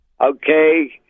Okay